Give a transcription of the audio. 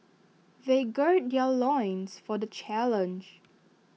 they gird their loins for the challenge